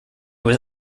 was